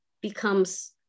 becomes